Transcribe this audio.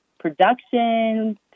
production